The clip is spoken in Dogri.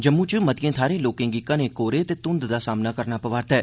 जम्मू च मतियें थाहरें लोकें गी घनें कोहरे ते धुंध दा सामना करना पवै'रदा ऐ